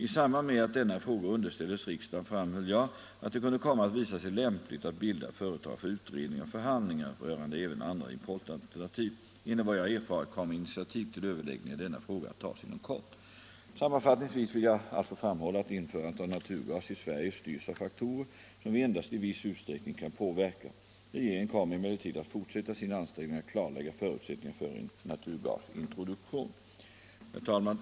I samband med att denna fråga underställdes riksdagen framhöll jag att det kunde komma att visa sig lämpligt att bilda företag för utredningar och förhandlingar rörande även andra importalternativ. Enligt vad jag erfarit kommer initiativ till överläggningar i denna fråga att tas inom kort. Sammanfattningsvis vill jag alltså framhålla att införandet av naturgas i Sverige styrs av faktorer som vi endast i viss utsträckning kan påverka. Regeringen kommer emellertid att fortsätta sina ansträngningar att klarlägga förutsättningarna för en naturgasintroduktion. Herr talman!